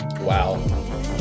Wow